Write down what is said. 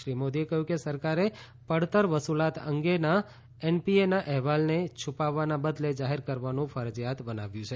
શ્રી મોદીએ કહ્યું કે સરકારે પડતર વસુલાત અંગે એનપીએના અહેવાલને છુપાવવાના બદલે જાહેર કરવાનું ફરજિયાત બનાવ્યું છે